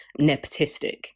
nepotistic